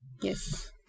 Yes